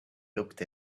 looked